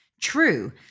True